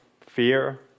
fear